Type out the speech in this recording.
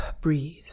breathe